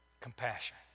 Compassion